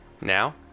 now